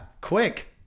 Quick